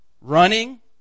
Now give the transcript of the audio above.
running